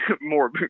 more